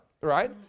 Right